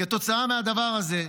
כתוצאה מהדבר הזה,